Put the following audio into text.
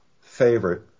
favorite